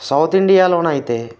south ఇండియాలో అయితే